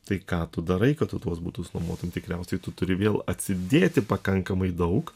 tai ką tu darai kad tu tuos butus numotum tikriausiai tu turi vėl atsidėti pakankamai daug